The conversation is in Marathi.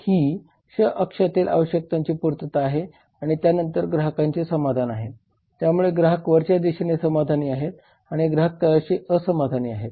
तर ही क्ष अक्षातील आवश्यकतांची पूर्तता आहे आणि त्यानंतर ग्राहकांचे समाधान आहे त्यामुळे ग्राहक वरच्या दिशेने समाधानी आहे आणि ग्राहक तळाशी असमाधानी आहे